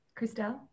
Christelle